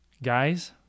Guys